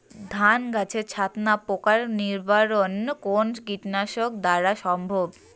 ধান গাছের ছাতনা পোকার নিবারণ কোন কীটনাশক দ্বারা সম্ভব?